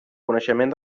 coneixement